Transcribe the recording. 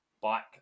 bike